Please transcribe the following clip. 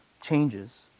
changes